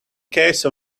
case